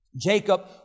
Jacob